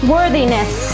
Worthiness